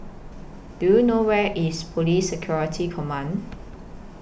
Do YOU know Where IS Police Security Command